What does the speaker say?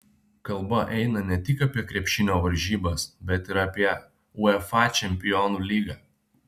kalba eina ne tik apie krepšinio varžybas bet ir apie uefa čempionų lygą